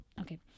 okay